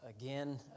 again